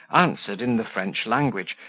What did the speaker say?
answered, in the french language,